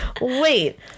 wait